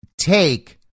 take